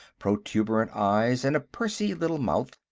protuberant eyes and a pursey little mouth,